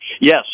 Yes